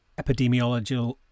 epidemiological